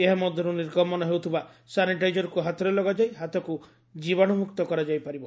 ଏହା ମଧ୍ୟରୁ ନିର୍ଗମନ ହେଉଥିବା ସାନିଟାଇଜରକୁ ହାତରେ ଲଗାଯାଇ ହାତକୁ ଜୀବାଣଉମୁକ୍ତ କରାଯାଇ ପାରିବ